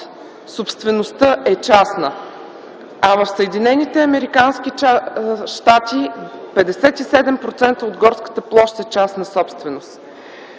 собствеността е частна, а в САЩ – 57% от горските площи са частна собственост.